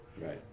Right